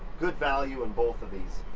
good value in both of these.